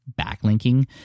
backlinking